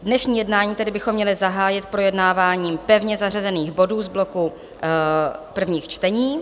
Dnešní jednání tedy bychom měli zahájit projednáváním pevně zařazených bodů z bloku prvních čtení.